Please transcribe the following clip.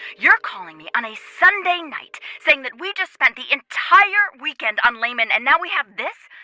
you're calling me on a sunday night saying that we just spent the entire weekend on lehman and now we have this.